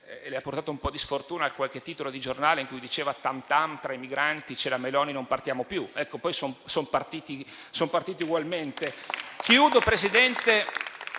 le ha portato un po' di sfortuna qualche titolo di giornale che diceva tam tam tra i migranti, c'è la Meloni non partiamo più. Ecco, poi son partiti ugualmente.